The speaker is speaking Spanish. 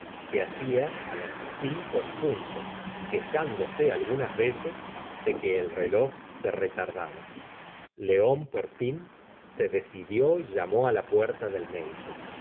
que hacia á las cinco en punto quejándose algunas veces de que el reloj se retardaba león por fin se decidió y llamó á la puerta del médico